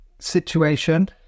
situation